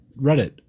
Reddit